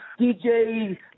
DJ